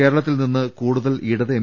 കേരളത്തിൽ നിന്ന് കൂടുതൽ ഇടത് എം